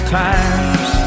times